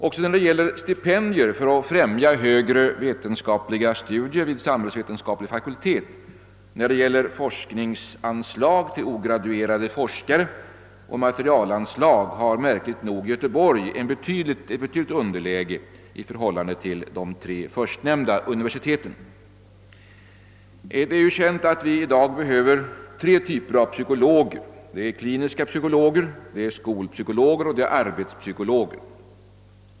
Också när det gäller stipendier för att främja högre vetenskapliga studier vid samhällsvetenskaplig fakultet, när det gäller forskningsanslag till ograduerade forskare och när det gäller materialanslag har märkligt nog Göteborg ett betydande underläge i förhållande till de tre andra universitet jag nämnt. Tre typer av psykologer behövs: kliniska psykologer, skolpsykologer och arbetspsykologer.